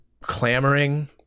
clamoring